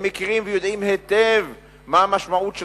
הם מכירים ויודעים היטב מה המשמעות של